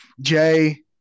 Jay